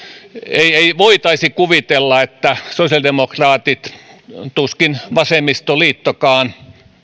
ei ei voitaisi kuvitella että sosiaalidemokraatit tuskin vasemmistoliittokaan